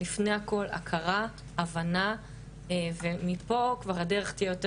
לפני הכל הכרה והבנה ומפה כבר הדרך תהיה יותר